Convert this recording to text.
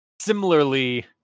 similarly